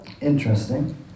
interesting